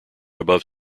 above